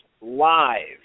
live